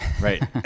right